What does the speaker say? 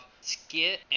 skit